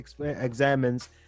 examines